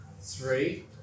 Three